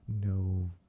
No